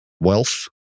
wealth